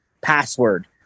password